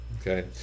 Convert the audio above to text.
Okay